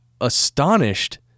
astonished